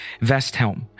Vesthelm